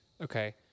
okay